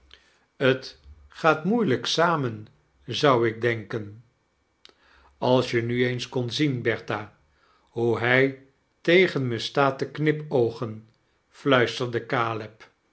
t gaat jnoeilijk samen zou ik denken als je nu eens kon zien bertha hoe hij tegen me staat te knipoogem i fluisterde